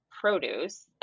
produce